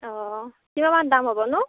অ' কিমানমান দাম হ'বনো